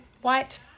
white